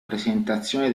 presentazione